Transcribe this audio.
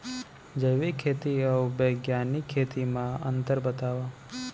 जैविक खेती अऊ बैग्यानिक खेती म अंतर बतावा?